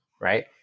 right